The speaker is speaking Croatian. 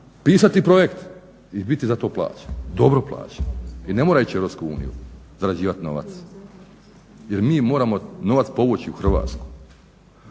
pisati projekte i biti za to plaćen, dobro plaćen i ne mora ići u Europsku uniju zarađivat novac jer mi moramo novac povući u Hrvatsku.